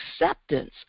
acceptance